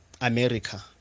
America